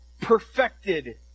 perfected